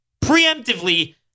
preemptively